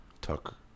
Tuck